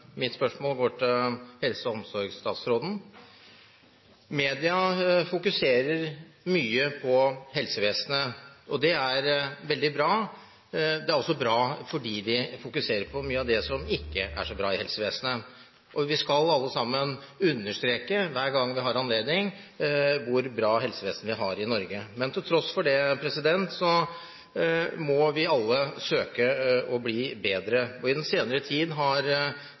omsorgsstatsråden. Media fokuserer mye på helsevesenet, og det er veldig bra. Det er også bra fordi de fokuserer mye på det som ikke er så bra i helsevesenet. Vi skal alle sammen understreke – hver gang vi har anledning – hvor bra helsevesen vi har i Norge. Men til tross for det må vi alle søke å bli bedre. I den senere tid har